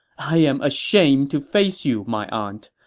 i am ashamed to face you, my aunt.